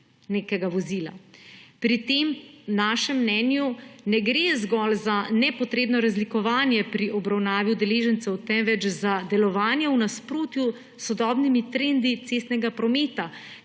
nekega vozila. Pri tem našem mnenju ne gre zgolj za nepotrebno razlikovanje pri obravnavi udeležencev, temveč za delovanje v nasprotju s sodobnimi trendi cestnega prometa,